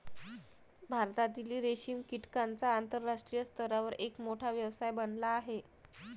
भारतातील रेशीम कीटकांचा आंतरराष्ट्रीय स्तरावर एक मोठा व्यवसाय बनला आहे